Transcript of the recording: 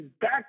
back